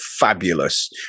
fabulous